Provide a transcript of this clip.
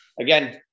again